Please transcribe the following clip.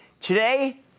Today